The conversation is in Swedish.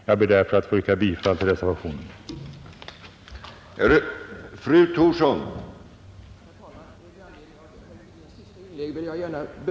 Jag vill vidhålla mitt yrkande om bifall till reservationen vid denna punkt.